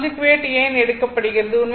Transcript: conjugate ஏன் எடுக்கப்படுகிறது